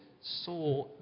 saw